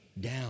down